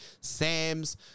Sam's